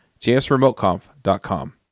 jsremoteconf.com